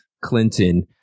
Clinton